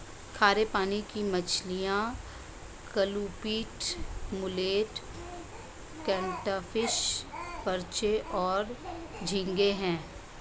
खारे पानी की मछलियाँ क्लूपीड, मुलेट, कैटफ़िश, पर्च और झींगे हैं